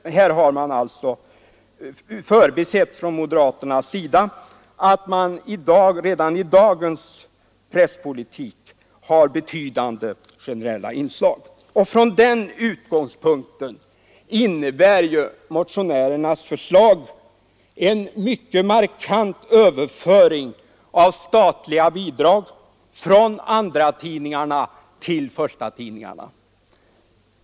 Moderaterna har alltså förbisett att det redan i dagens presspolitik finns ett betydande inslag av ett generellt stöd. Från den utgångspunkten innebär motionärernas förslag en mycket markant överföring av statliga bidrag från andratidningarna till förstatidningarna.